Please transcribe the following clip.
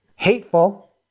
Hateful